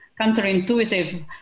counterintuitive